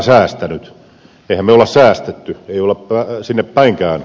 emmehän me ole säästäneet emme sinne päinkään